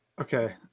Okay